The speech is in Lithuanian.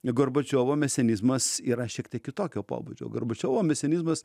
gorbačiovo mesionizmas yra šiek tiek kitokio pobūdžio gorbačiovo mesionizmas